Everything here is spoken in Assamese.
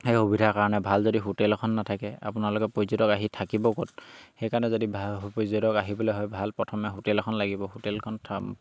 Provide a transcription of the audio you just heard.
সেই সুবিধাৰ কাৰণে ভাল যদি হোটেল এখন নাথাকে আপোনালোকে পৰ্যটক আহি থাকিব ক'ত সেইকাৰণে যদি ভাল পৰ্যটক আহিবলৈ হয় ভাল প্ৰথমে হোটেল এখন লাগিব হোটেলখন